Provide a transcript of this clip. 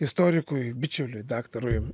istorikui bičiuliui daktarui